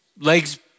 legs